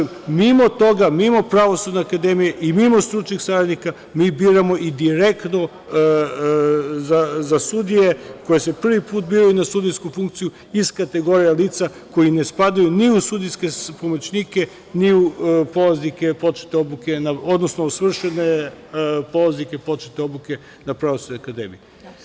Mimo toga, mimo Pravosudne akademije i mimo stručnih saradnika, mi biramo i direktno za sudije koje se prvi put biraju na sudijsku funkciju iz kategorije lica koji ne spadaju ni u sudijske pomoćnike, ni u polaznike početne obuke, odnosno svršene polaznike početne obuke na Pravosudnoj akademiji.